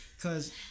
cause